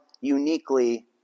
uniquely